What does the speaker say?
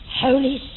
Holy